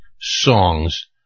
songs